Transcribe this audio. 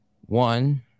one